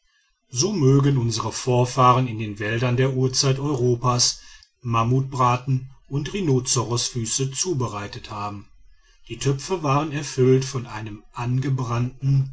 so mögen unsere vorfahren in den wäldern der urzeit europas mammutbraten und rhinozerosfüße zubereitet haben die töpfe waren erfüllt von einem angebrannten